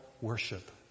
worship